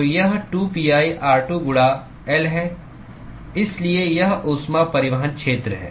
तो यह 2pi r2 गुणा L है इसलिए यह ऊष्मा परिवहन क्षेत्र है